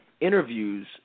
interviews